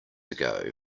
ago